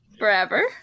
Forever